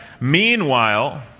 meanwhile